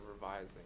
revising